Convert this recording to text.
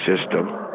system